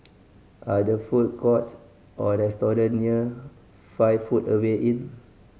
are there food courts or restaurant near Five Footway Inn